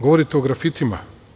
Govorite o grafitima.